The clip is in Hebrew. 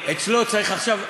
אצלו צריך עכשיו,